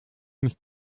mich